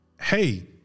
hey